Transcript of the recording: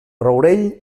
rourell